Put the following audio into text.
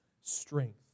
strength